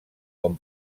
com